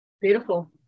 Beautiful